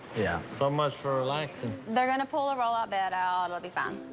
yeah. so much for relaxing. they're gonna pull a roll-out bed out. it'll be fine.